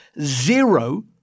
zero